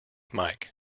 mike